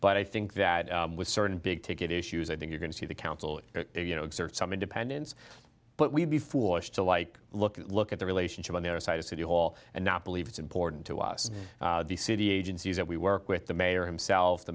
but i think that with certain big ticket issues i think you're going to see the council you know exert some independence but we'd be foolish to like look at look at the relationship on the other side of city hall and not believe it's important to us the city agencies that we work with the mayor himself the